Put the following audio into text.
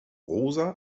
rosa